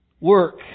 Work